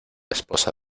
esposa